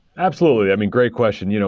absolutely. i mean, great question. you know